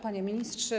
Panie Ministrze!